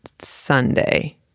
Sunday